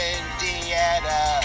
Indiana